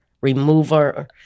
remover